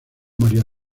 maría